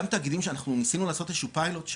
גם תאגידים שאנחנו ניסינו לעשות איזה שהוא פיילוט,